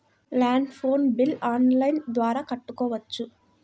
Land phone bill online ద్వారా కట్టుకోవచ్చు?